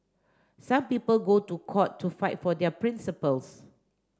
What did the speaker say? some people go to court to fight for their principles